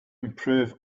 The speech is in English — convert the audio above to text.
improve